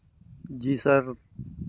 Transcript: जी sir